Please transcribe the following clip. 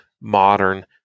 modern